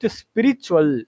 spiritual